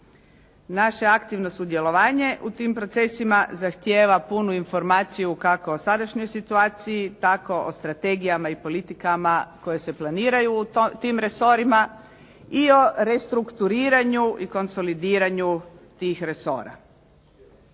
Naše aktivno sudjelovanje u tim procesima zahtijeva punu informaciju kako o sadašnjoj situaciji tako o strategijama i politikama koje se planiraju u tim resorima i o restrukturiranju i konsolidiranju tih resora.